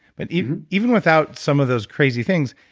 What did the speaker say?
but even even without some of those crazy things,